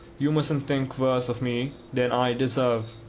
you mustn't think worse of me than i deserve.